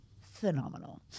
phenomenal